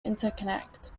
interconnect